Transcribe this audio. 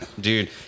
Dude